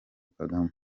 kagame